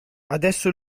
adesso